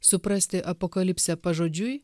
suprasti apokalipsę pažodžiui